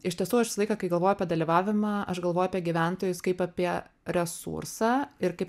iš tiesų aš visą laiką kai galvoju apie dalyvavimą aš galvoju apie gyventojus kaip apie resursą ir kaip